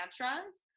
mantras